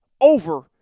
over